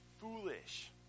foolish